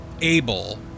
able